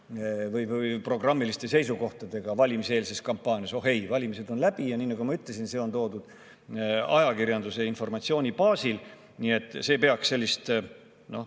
või programmiliste seisukohtadega valimiseelses kampaanias. Oh ei, valimised on läbi. Nii nagu ma ütlesin, see [eelnõu] on toodud siia ajakirjanduse informatsiooni baasil, nii et see peaks tooma